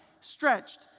stretched